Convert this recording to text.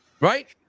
right